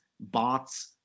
bots